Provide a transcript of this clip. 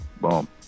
Boom